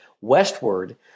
westward